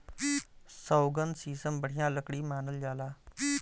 सौगन, सीसम बढ़िया लकड़ी मानल जाला